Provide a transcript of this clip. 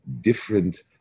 different